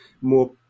more